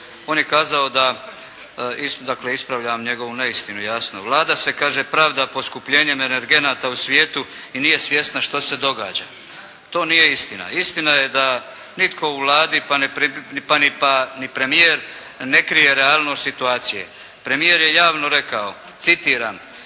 On je kazao da, dakle ispravljam njegovu neistinu jasno. Vlada se kaže pravda poskupljenjem energenata u svijetu i nije svjesna što se događa. To nije istina. Istina je da nitko u Vladi pa ni premijer ne krije realnost situacije. Premijer je javno rekao, citiram: